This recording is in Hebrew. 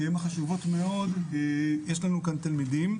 כי הן חשובות מאוד יש לנו כאן תלמידים.